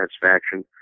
satisfaction